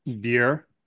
beer